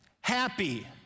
happy